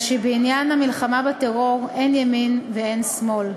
אלא שבעניין המלחמה בטרור אין ימין ואין שמאל,